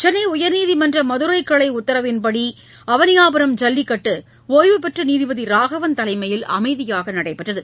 சென்னை உயர்நீதிமன்ற மதுரைகிளை உத்தரவின்படி அவளியாபுரம் ஜல்லிக்கட்டு ஒய்வுபெற்ற நீதிபதி ராகவன் தலைமையில் அமைதியாக நடைபெற்றது